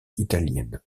italienne